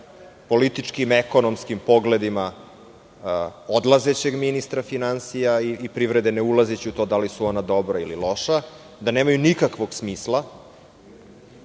političkim, ekonomskim pogledima odlazećeg ministra finansija i privrede, ne ulazeći u to da li su ona dobra ili loša, da nemaju nikakvog smisla